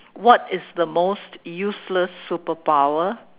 what is the most useless superpower